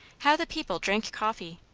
how the people drank coffee!